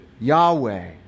Yahweh